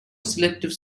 selective